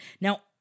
Now